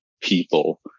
people